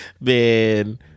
Man